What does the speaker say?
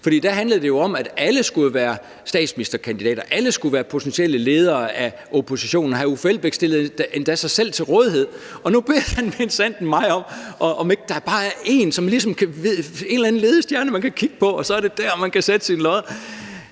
for der handlede det jo om, at alle skulle være statsministerkandidater, alle skulle være potentielle ledere af oppositionen, og hr. Uffe Elbæk stillede endda sig selv til rådighed. Og nu beder han minsandten mig om at fortælle, om ikke der bare er en eller anden ledestjerne, man kan følge, og så er det der, man kan lægge sit lod.